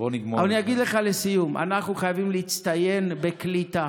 אני אגיד לך לסיום: אנחנו חייבים להצטיין בקליטה,